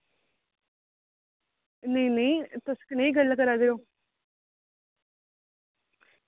नेईं नेईं तुस कनेही गल्ल करा दे ओ